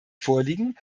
vorliegen